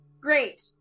Great